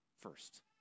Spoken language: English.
first